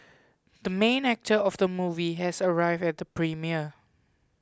the main actor of the movie has arrived at the premiere